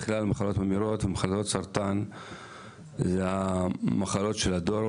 בכלל מחלות ממאירות ומחלות סרטן אלו המחלות של הדור,